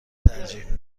ترجیح